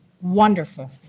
wonderful